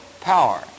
power